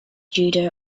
judo